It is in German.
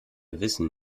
wissen